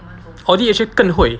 audit actually 更会